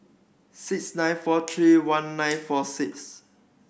six nine four three one nine four six